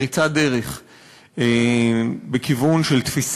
הרב וקנין עשה את זה אתמול.